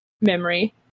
memory